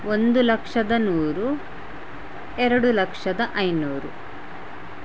ಒಂದು ಲಕ್ಷದ ನೂರು ಎರಡು ಲಕ್ಷದ ಐನೂರು